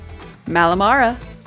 Malamara